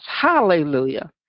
hallelujah